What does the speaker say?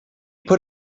put